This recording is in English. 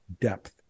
depth